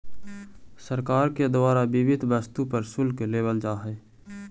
सरकार के द्वारा विविध वस्तु पर शुल्क लेवल जा हई